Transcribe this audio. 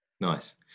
Nice